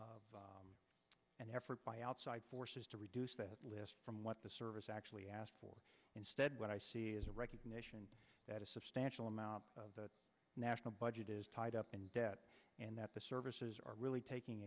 n effort by outside forces to reduce the list from what the service actually asked for instead what i see is a recognition that a substantial amount of the national budget is tight and that the services are really taking